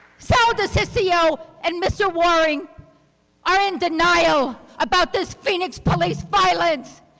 sal diciccio and mr. waring are in denial about this phoenix police violence.